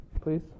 please